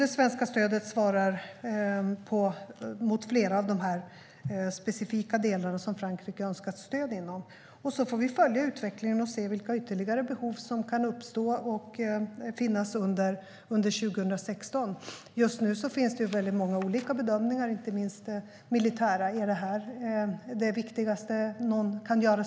Det svenska stödet svarar mot flera av de specifika delar som Frankrike har önskat stöd inom. Vi får följa utvecklingen och se vilka ytterligare behov som kan uppstå och finnas under 2016. Just nu finns det många olika bedömningar, inte minst militära. Är detta det viktigaste någon kan göra?